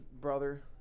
brother